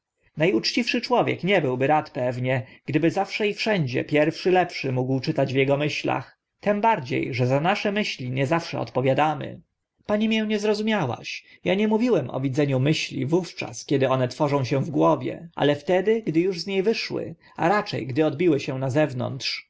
uczciwszy człowiek nie byłby rad pewnie gdyby zawsze i wszędzie pierwszy lepszy mógł czytać w ego myślach tym bardzie że za nasze myśli nie zawsze odpowiadamy pani mię nie zrozumiałaś ja nie mówiłem o widzeniu myśli wówczas kiedy one myśl wspomnienia tworzą się w głowie ale wtedy gdy uż z nie wyszły a racze gdy odbiły się na